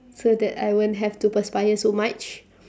so that I won't have to perspire so much